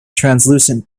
translucent